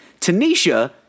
Tanisha